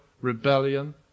rebellion